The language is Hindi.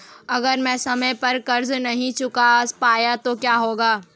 अगर मैं समय पर कर्ज़ नहीं चुका पाया तो क्या होगा?